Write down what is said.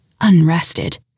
unrested